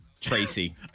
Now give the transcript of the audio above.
Tracy